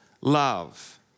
love